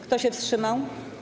Kto się wstrzymał?